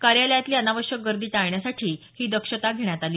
कायोलयातली अनावश्यक गर्दी टाळण्यासाठी ही दक्षता घेण्यात आली